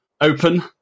open